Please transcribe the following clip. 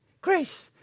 Grace